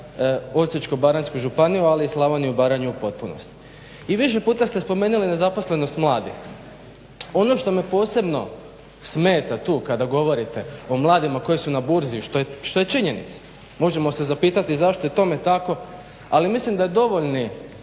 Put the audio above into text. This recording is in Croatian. Osječko-baranjsku županiju, ali i Slavoniju i Baranju u potpunosti. I više puta ste spomenuli nezaposlenost mladih. Ono što me posebno smeta tu kada govorite o mladima koji su na burzi što je činjenica, možemo se zapitati zašto je tome tako, ali mislim da je dovoljni